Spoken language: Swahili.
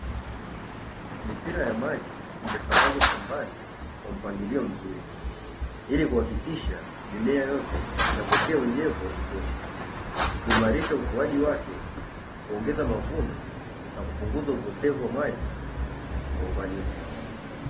Mipira ya maji imesambazwa shambani kwa mpangilio mzuri ili kuhakikisha mimea yote inapokea unyevu wa kutosha, kuimarisha ukuaji wake, kuongeza mavuno na kupunguza upotevu wa maji kwa ufanisi.